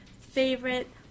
favorite